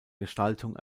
gestaltung